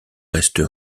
reste